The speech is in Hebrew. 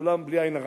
כולם בלי עין הרע.